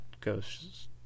goes